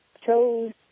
chose